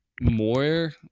more